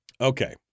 Okay